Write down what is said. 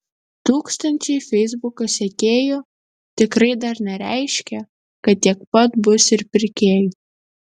tūkstančiai feisbuko sekėjų tikrai dar nereiškia kad tiek pat bus ir pirkėjų